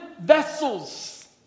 vessels